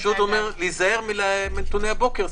אני רק אומר להיזהר מנתוני הבוקר.